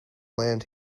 land